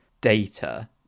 data